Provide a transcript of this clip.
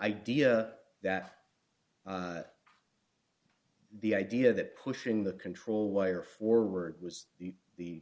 idea that the idea that pushing the control wire forward was the